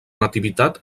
nativitat